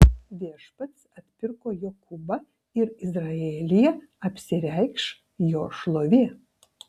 viešpats atpirko jokūbą ir izraelyje apsireikš jo šlovė